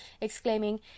exclaiming